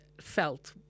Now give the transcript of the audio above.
felt